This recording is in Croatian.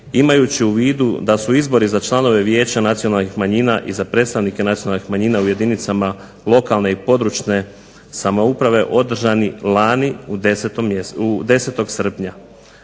imajući u vidu da su izbori za članove vijeća nacionalnih manjina i za predstavnike nacionalnih manjina u jedinicama lokalne i područne samouprave održani lani 10. srpnja,